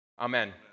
amen